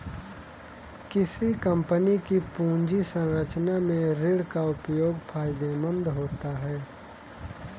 किसी कंपनी की पूंजी संरचना में ऋण का उपयोग फायदेमंद होता है